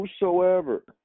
Whosoever